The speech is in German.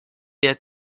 der